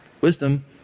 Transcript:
wisdom